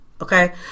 okay